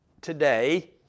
today